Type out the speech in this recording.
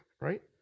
right